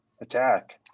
Attack